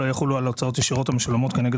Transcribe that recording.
לא יחולו על הוצאות ישירות המשולמות כנגד